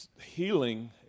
healing